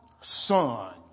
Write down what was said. son